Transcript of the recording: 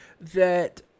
that-